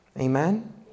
Amen